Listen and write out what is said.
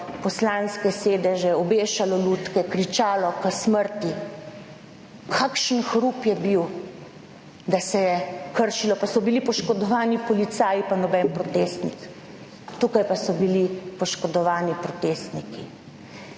poslanske sedeže, obešalo lutke, kričalo k smrti. Kakšen hrup je bil, da se je kršilo, pa so bili poškodovani policaji, pa noben protestnik, tukaj pa so bili poškodovani protestniki